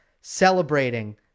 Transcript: celebrating